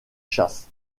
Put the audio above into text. châsse